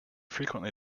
frequently